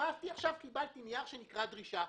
פספסתי ועכשיו קיבלתי נייר שנקרא דרישה.